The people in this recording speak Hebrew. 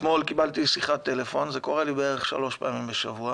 אתמול קיבלתי שיחת טלפון זה קורה לי בערך שלוש פעמים בשבוע